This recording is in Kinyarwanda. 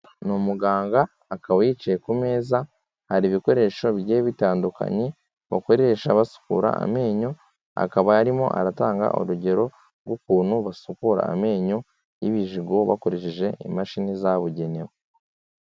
Ni umuganga akaba yicaye ku meza hari ibikoresho bigiye bitandukanye bakoresha basukura amenyo, akaba arimo aratanga urugero rw'ukuntu basukura amenyo y'ibijigo bakoresheje imashini zabugenewe.